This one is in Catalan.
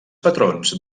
patrons